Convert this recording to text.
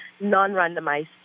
non-randomized